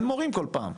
אין מורים כל פעם.